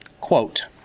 Quote